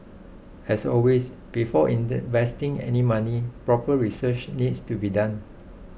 as always before in the vesting any money proper research needs to be done